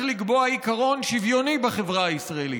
לקבוע עיקרון שוויוני בחברה הישראלית: